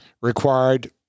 Required